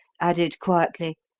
added quietly,